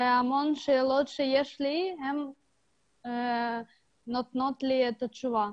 ושאלות שיש לי, הם נותנים לי את התשובה.